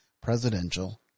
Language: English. presidential